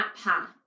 path